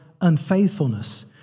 unfaithfulness